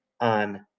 on